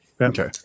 Okay